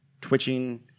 twitching